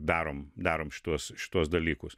darom darom šituos šituos dalykus